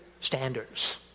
standards